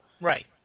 Right